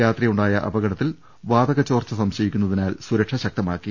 രാത്രിയുണ്ടായ അപകടത്തിൽ വാതക ചോർച്ച സംശയിക്കുന്നതിനാൽ സുരക്ഷ ശക്തമാക്കി